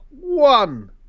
one